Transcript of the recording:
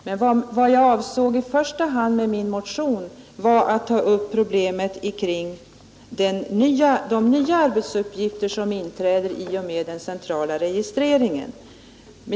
Men vad jag i första hand avsåg med min motion var att ta upp problemet om de nya arbetsuppgifter som tillkommer i och med den centrala registreringen.